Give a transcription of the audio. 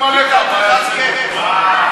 ההסתייגויות